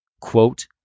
quote